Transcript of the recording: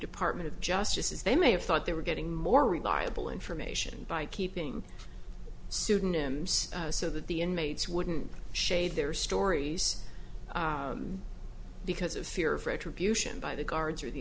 department of justice is they may have thought they were getting more reliable information by keeping pseudonyms so that the inmates wouldn't shade their stories because of fear of retribution by the guards or the